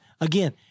Again